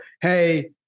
hey